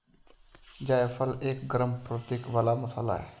जायफल एक गरम प्रवृत्ति वाला मसाला है